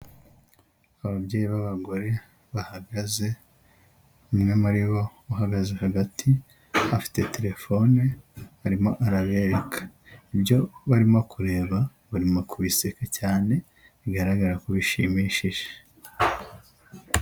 Ababyeyi b'abagore bahagaze umwe muri bo uhagaze hagati afite telefone arimo arabereka, ibyo barimo kureba barimo kubiseka cyane bigaragara ko bishimishije.